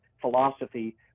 philosophy